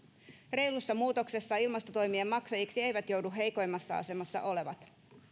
reilussa muutoksessa ilmastotoimien maksajiksi eivät joudu heikoimmassa asemassa olevat